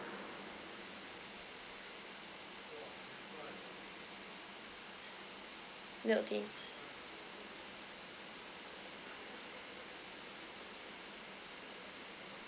milk tea